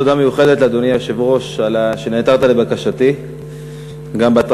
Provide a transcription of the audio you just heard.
תודה מיוחדת לאדוני היושב-ראש על שנעתרת לבקשתי בהתראה